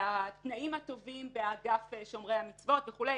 התנאים הטובים באגף שומרי המצוות וכו'.